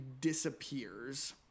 disappears